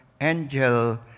Angel